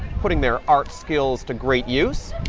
putting their art skills to great use.